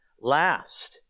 last